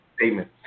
Statement